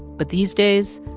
but these days,